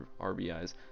RBIs